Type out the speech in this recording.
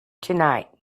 tonight